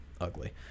ugly